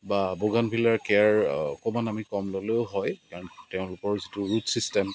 বা বগানভিলাৰ কেয়াৰ অকণমান আমি কম ল'লেও হয় কাৰণ তেওঁলোকৰ যিটো ৰুট ছিষ্টেম